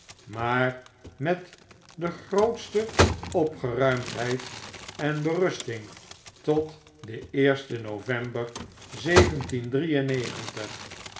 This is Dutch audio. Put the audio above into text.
maar met de grootste opgeruimdheid en berusting tot den eersten november